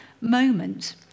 moment